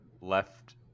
left